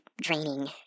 draining